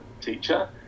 teacher